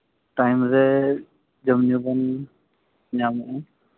time ᱨᱮ ᱡᱚᱢᱼᱧᱩ ᱵᱚᱱ ᱧᱟᱢᱮᱫᱼᱟ